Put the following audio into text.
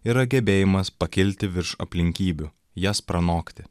yra gebėjimas pakilti virš aplinkybių jas pranokti